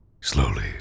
slowly